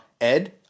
Ed